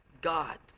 God